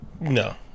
No